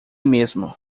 mesmo